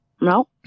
No